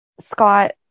Scott